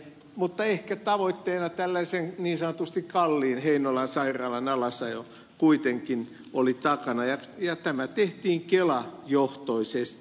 mutta ehkä tavoitteena oli tällaisen niin sanotusti kalliin heinolan sairaalan alasajo kuitenkin ja tämä tehtiin kela johtoisesti